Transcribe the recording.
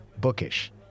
bookish